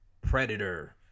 Predator